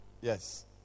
Yes